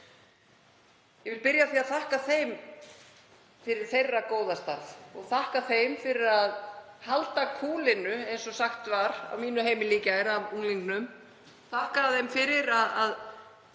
Ég vil byrja á því að þakka þeim fyrir þeirra góða starf og þakka þeim fyrir að halda kúlinu, eins og sagt var á mínu heimili í gær af unglingnum, þakka þeim fyrir að